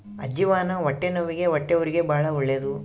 ಅಜ್ಜಿವಾನ ಹೊಟ್ಟೆನವ್ವಿಗೆ ಹೊಟ್ಟೆಹುರಿಗೆ ಬಾಳ ಒಳ್ಳೆದು